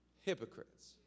hypocrites